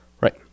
Right